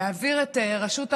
אף היא אינה נוכחת.